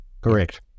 Correct